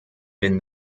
been